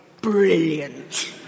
brilliant